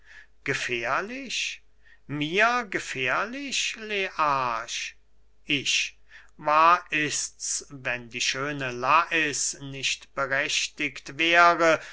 gefährlich mir gefährlich learch ich wahr ists wenn die schöne lais nicht berechtigt wäre